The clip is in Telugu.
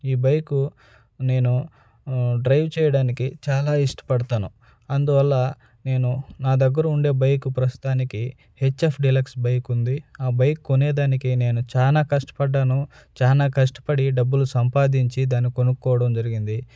ఈ బైకు నేను డ్రైవ్ చెయ్యడానికి చాలా ఇష్టపడతాను అందువల్ల నేను నా దగ్గర ఉండే బైక్ ప్రస్తుతానికి హెచ్ఎఫ్ డీలక్స్ బైక్ ఉంది ఆ బైక్ కొనేదానికి నేను చాలా కష్టపడ్డాను చాలా కష్టపడి డబ్బులు సంపాదించి దాన్ని కొనుక్కోడం జరిగింది